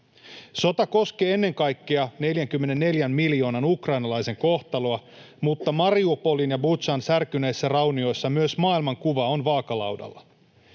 Sota koskee ennen kaikkea 44 miljoonan ukrainalaisen kohtaloa, mutta Mariupolin ja Butšan särkyneissä raunioissa myös maailmankuva on vaakalaudalla.